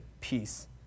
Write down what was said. peace